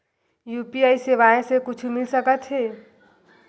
UPI सेवाएं से कुछु मिल सकत हे?